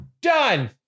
Done